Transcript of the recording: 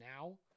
now